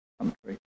country